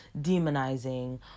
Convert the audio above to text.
demonizing